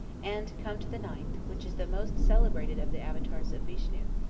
and come to the ninth, which is the most celebrated of the avatars of vishnu,